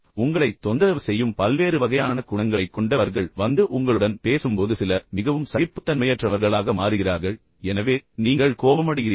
உங்களைத் தொந்தரவு செய்யும் பல்வேறு வகையான குணங்களைக் கொண்டவர்கள் வந்து உங்களுடன் பேசும்போது சிலர் மிகவும் சகிப்புத்தன்மையற்றவர்களாக மாறுகிறார்கள் எனவே நீங்கள் உங்கள் கோபத்தை இழக்கிறீர்கள்